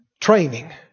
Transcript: Training